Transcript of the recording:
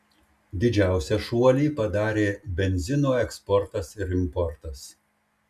didžiausią šuolį padarė benzino eksportas ir importas